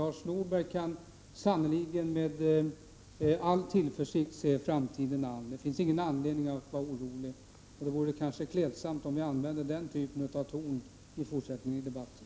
Lars Norberg kan sannerligen med all tillförsikt se framtiden an. Det finns ingen anledning att vara orolig. Det vore klädsamt om vi använde den typen av ton i fortsättningen i debatten.